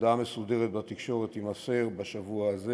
הודעה מסודרת לתקשורת תימסר בשבוע הזה,